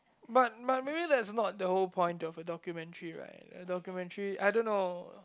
but but maybe that's not the whole point of a documentary right documentary I don't know